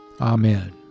Amen